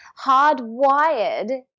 hardwired